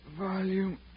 volume